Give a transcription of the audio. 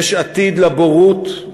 יש עתיד לבורות,